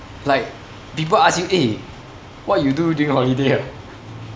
like people ask you eh what you do during holiday ah